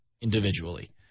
individually